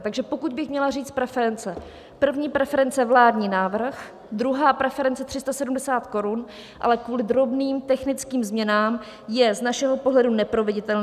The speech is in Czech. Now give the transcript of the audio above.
Takže pokud bych měla říct preference: první preference je vládní návrh, druhá preference 370 korun, ale kvůli drobným technickým změnám je z našeho pohledu neproveditelný.